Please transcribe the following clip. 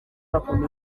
bakunda